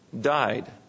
died